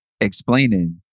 explaining